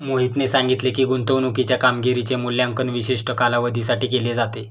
मोहितने सांगितले की, गुंतवणूकीच्या कामगिरीचे मूल्यांकन विशिष्ट कालावधीसाठी केले जाते